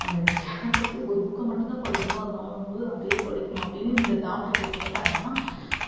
என்ன பொறுத்தவரையும் ஒரு புக்கை மட்டுந்தான் படிக்கணும் அது வாழ்நாள் முழுவதும் அதே படிக்கணும் அப்படின்னு இந்த டாபிக்ல கேட்டாங்கன்னா